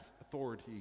authority